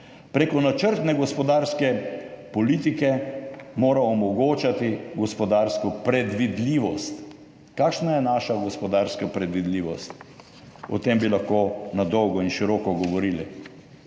Prek načrtne gospodarske politike mora omogočati gospodarsko predvidljivost. Kakšna je naša gospodarska predvidljivost? O tem bi lahko na dolgo in široko govorili.